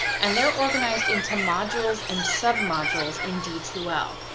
and they're organized into modules and submodules in d two l.